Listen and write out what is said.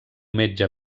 metge